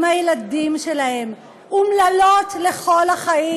עם הילדים שלהם, אומללות לכל החיים.